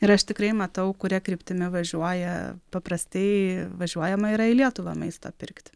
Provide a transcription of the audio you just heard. ir aš tikrai matau kuria kryptimi važiuoja paprastai važiuojama yra į lietuvą maisto pirkti